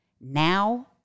now